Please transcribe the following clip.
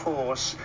Force